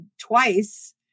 twice